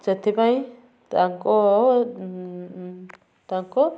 ସେଥିପାଇଁ ତାଙ୍କୁ ତାଙ୍କୁ